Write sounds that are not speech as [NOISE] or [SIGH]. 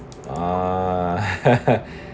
ah [LAUGHS]